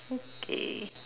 okay